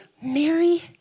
Mary